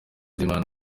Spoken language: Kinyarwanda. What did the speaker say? z’imana